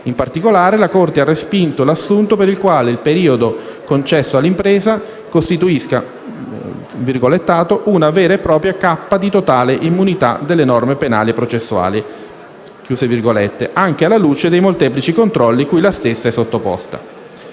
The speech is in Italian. In particolare la Corte ha respinto l'assunto per il quale il periodo concesso all'impresa costituisca «una vera e propria "cappa" di totale "immunità" dalle norme penali e processuali», anche alla luce dei molteplici controlli cui la stessa è sottoposta.